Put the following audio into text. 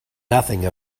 nothing